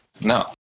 no